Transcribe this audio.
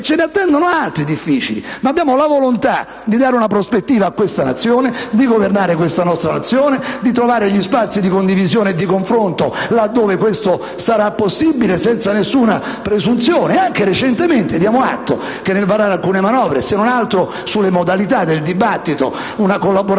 E ce ne attendono altri difficili, ma noi abbiamo la volontà di dare una prospettiva a questa Nazione, di governare questa nostra Nazione, di trovare gli spazi di condivisione e di confronto, laddove questo sarà possibile, senza nessuna presunzione. Anche recentemente, diamo atto che, nel varare alcune manovre, se non altro sulle modalità del dibattito, una collaborazione